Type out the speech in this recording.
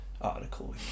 article